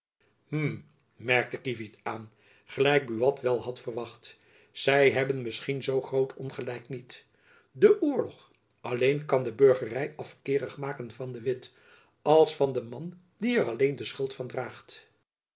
hm merkte kievit aan gelijk buat wel had verwacht zy hebben misschien zoo groot ongelijk niet de oorlog alleen kan de burgery afkeerig maken van de witt als van den man die er alleen de schuld van draagt